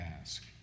ask